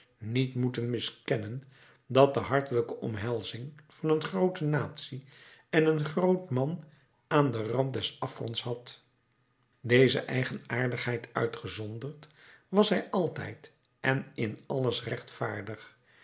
niet moeten miskennen dat de hartelijke omhelzing van een groote natie en een groot man aan den rand des afgronds had deze eigenaardigheid uitgezonderd was hij altijd en in alles rechtvaardig